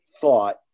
thought